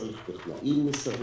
צריך טכנאים מסביב,